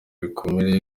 bikomeye